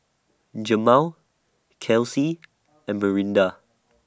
Jemal Kelcie and Miranda